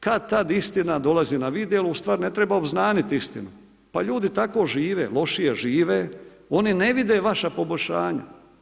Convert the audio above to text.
Kad-tad istina dolazi na vidjelo, ustvari ne treba obznaniti istinu, pa ljudi tako žive, lošije žive, oni ne vide vaša poboljšanja.